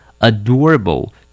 adorable